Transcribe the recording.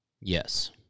Yes